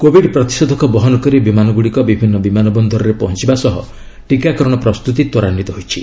Covid ପ୍ରତିଷେଧକ ବହନ କରି ବିମାନଗୁଡ଼ିକ ବିଭିନ୍ନ ବିମାନ ବନ୍ଦରରେ ପହଞ୍ଚବା ସହ ଟୀକାକରଣ ପ୍ରସ୍ତୁତି ତ୍ୱରାନ୍ୱିତ ହୋଇଛି